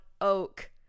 Oak